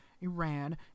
Iran